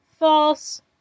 false